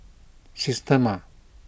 Systema